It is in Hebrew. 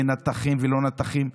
ונתיכים ולא נתיכים,